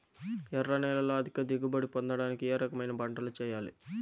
ఎర్ర నేలలో అధిక దిగుబడి పొందడానికి ఏ రకమైన పంటలు చేయాలి?